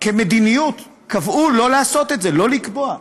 כמדיניות קבעו לא לעשות את זה, לא לקבוע.